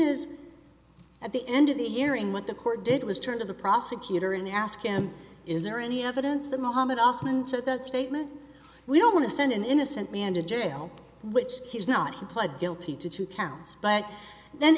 soon at the end of the hearing what the court did was turn to the prosecutor in the ask him is there any evidence that mohamed osman said that statement we don't want to send an innocent man to jail which he's not he pled guilty to two counts but then